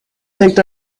picked